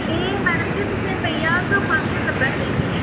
एह् मैडम जी तुसें ई पेई जाह्ग पंज सौ नब्बे रपेऽ दी